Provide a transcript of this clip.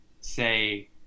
say